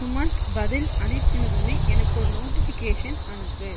சுமந்த் பதில் அனுப்பினதுமே எனக்கு ஒரு நோட்டிஃபிகேஷன் அனுப்பு